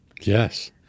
Yes